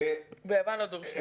ביוון לא דורשים.